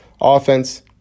offense